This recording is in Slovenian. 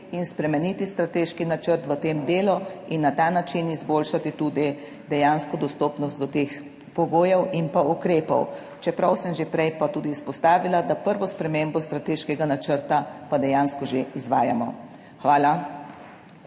in spremeniti strateški načrt v tem delu in na ta način izboljšati tudi dejansko dostopnost do teh pogojev in pa ukrepov. Čeprav sem že prej pa tudi izpostavila, da prvo spremembo strateškega načrta pa dejansko že izvajamo. Hvala.